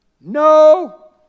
No